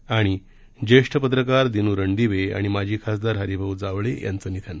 आणि ज्येष्ठ पत्रकार दिनू रणदिवे आणि माजी खासदार हरिभाऊ जावळे यांचे निधन